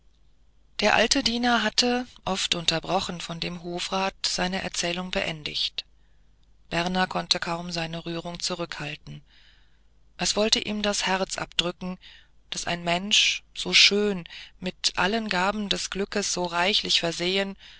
der alte diener hatte oft unterbrochen von dem hofrat seine erzählung beendigt berner konnte kaum seine rührung zurückhalten es wollte ihm das herz abdrücken daß ein mensch so schön mit allen gaben des glückes so reichlich versehen